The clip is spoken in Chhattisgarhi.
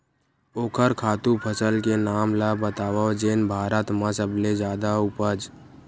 ओखर खातु फसल के नाम ला बतावव जेन भारत मा सबले जादा उपज?